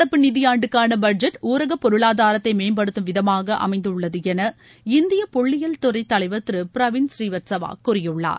நடப்பு நிதியாண்டுக்கானபட்ஜெட் ஊரகபொருளாதாரத்தைமேம்படுத்தும் விதமாகஅமைந்துள்ளதுஎன இந்திய புள்ளியியல் துறைதலைவர் திருபிரவீன் புரீவத்ஸவாகூறியுள்ளார்